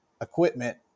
equipment